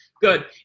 Good